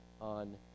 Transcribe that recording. On